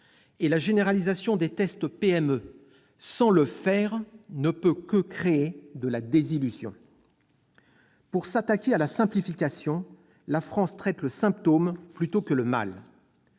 et la généralisation des tests PME sans appliquer ces mesures ne peut que créer de la désillusion. Pour s'attaquer à la simplification, la France traite le symptôme plutôt que le mal.